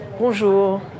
Bonjour